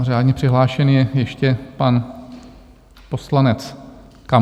Řádně přihlášený je ještě pan poslanec Kamal.